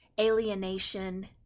alienation